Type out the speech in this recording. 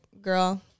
girl